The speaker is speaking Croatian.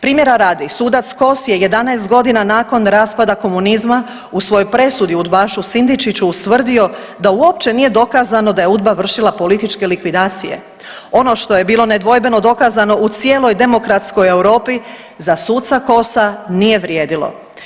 Primjera radi sudac Kos je 11.g. nakon raspada komunizma u svojoj presudi udbašu Sindičiću ustvrdio da uopće nije dokazano da je udba vršila političke likvidacije, ono što je bilo nedvojbeno dokazano u cijeloj demokratskoj Europi za suca Kosa nije vrijedilo.